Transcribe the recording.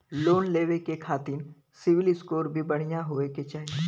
Loan लेवे के खातिन सिविल स्कोर भी बढ़िया होवें के चाही?